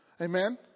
Amen